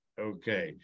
Okay